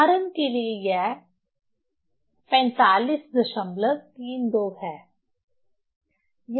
उदाहरण के लिए यह 4532 है